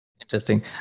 Interesting